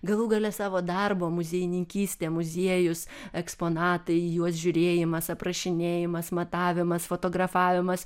galų gale savo darbo muziejininkystė muziejus eksponatai į juos žiūrėjimas aprašinėjimas matavimas fotografavimas